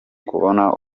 kubona